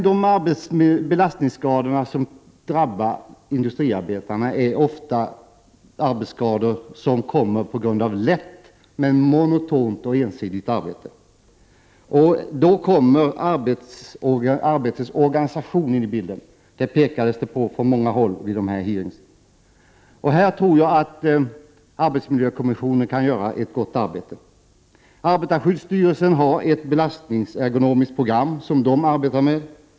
De arbetsskador i form av belastningsskador som drabbar industriarbetarna uppstår ofta på grund av lätt men monotont och ensidigt arbete. I det sammanhanget kommer arbetets organisation in i bilden. Det påpekades från många håll vid hearingarna. Jag tror att arbetsmiljökommissionen kan göra ett gott arbete på det här området. Arbetarskyddsstyrelsen har ett belastnings-ergonomiskt program som den arbetar med.